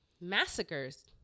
Massacres